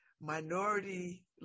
minority